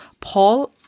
Paul